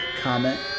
comment